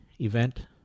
event